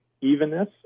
Evenness